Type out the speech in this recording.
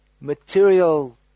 material